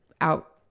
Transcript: out